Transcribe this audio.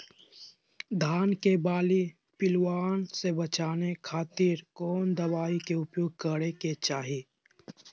धान के बाली पिल्लूआन से बचावे खातिर कौन दवाई के उपयोग करे के चाही?